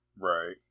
Right